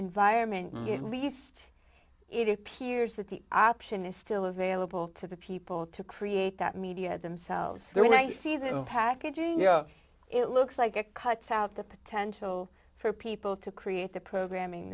environment it least it appears that the option is still available to the people to create that media themselves there when i see them packaging you know it looks like it cuts out the potential for people to create the programming